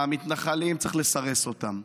המתנחלים, צריך לסרס אותם.